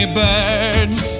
birds